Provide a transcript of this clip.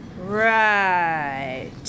Right